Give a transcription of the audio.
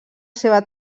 seva